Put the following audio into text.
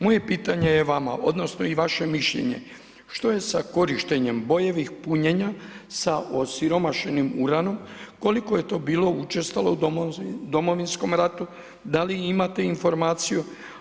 Moje pitanje je vama, odnosno i vaše mišljenje, što je sa korištenjem bojevih punjenja sa osiromašenim uranom, koliko je to bilo učestalo u Domovinskom ratu, da li imate informaciju?